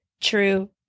true